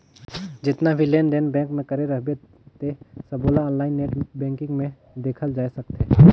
जेतना भी लेन देन बेंक मे करे रहबे ते सबोला आनलाईन नेट बेंकिग मे देखल जाए सकथे